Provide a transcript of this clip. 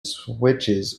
switches